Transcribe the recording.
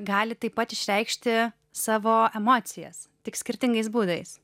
gali taip pat išreikšti savo emocijas tik skirtingais būdais